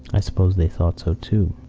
i suppose they thought so, too.